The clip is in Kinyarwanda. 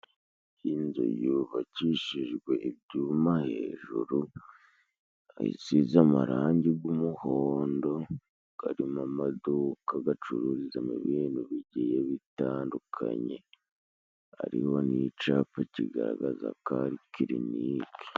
Iyi nzu yubacishijwe ibyuma hejuru isize amarangi g' umuhondo gari mu maduka gacururizamo ibintu bigiye bitandukanye ariho n'icapa kigaragaza ko ari kilinike.